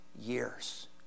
Years